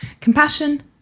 compassion